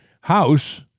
house